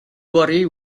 worry